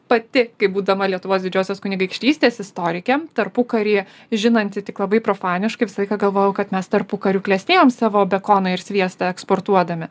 pati kaip būdama lietuvos didžiosios kunigaikštystės istorike tarpukaryje žinanti tik labai profaniškai visą laiką galvojau kad mes tarpukariu klestėjom savo bekoną ir sviestą eksportuodami